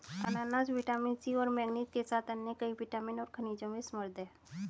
अनन्नास vitamin C और manganese के साथ कई अन्य विटामिन और खनिजों में समृद्ध हैं